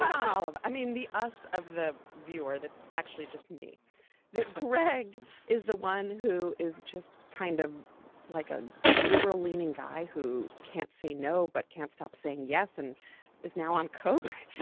on all of i mean the us of the viewer that's actually just me greg is the one who is just kind of like a liberal leaning guy who can't say no but can't stop saying yes and is now on coke.